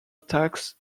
tax